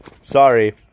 Sorry